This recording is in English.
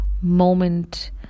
moment